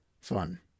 fun